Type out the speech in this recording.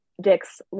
Dick's